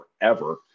forever